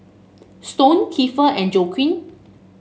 Stone Kiefer and Joaquin